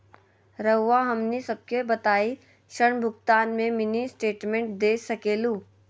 रहुआ हमनी सबके बताइं ऋण भुगतान में मिनी स्टेटमेंट दे सकेलू?